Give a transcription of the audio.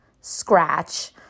scratch